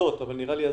נראה לי הזוי.